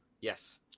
yes